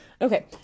Okay